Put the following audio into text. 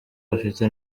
bafite